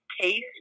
taste